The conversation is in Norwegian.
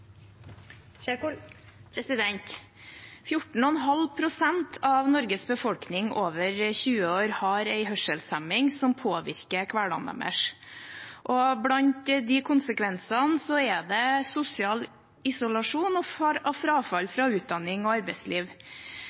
14,5 pst. av Norges befolkning over 20 år har en hørselshemning som påvirker hverdagen deres, og blant konsekvensene er sosial isolasjon og frafall fra utdanning og arbeidsliv.